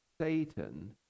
Satan